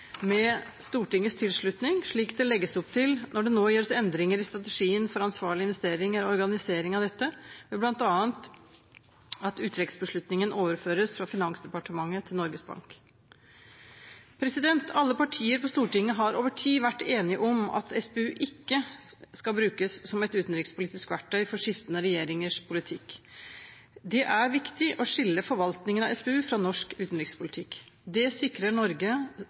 med Stortingets tilslutning, slik det legges opp til når det nå gjøres endringer i strategien for ansvarlige investeringer og organisering av dette, ved bl.a. at uttrekksbeslutningen overføres fra Finansdepartementet til Norges Bank. Alle partier på Stortinget har over tid vært enige om at SPU ikke skal brukes som et utenrikspolitisk verktøy for skiftende regjeringers politikk. Det er viktig å skille forvaltningen av SPU fra norsk utenrikspolitikk. Det sikrer Norge